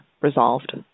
resolved